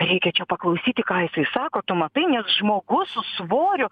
reikia čia paklausyti ką jisai sako tu matai nes žmogus su svoriu